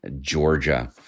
Georgia